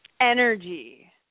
Energy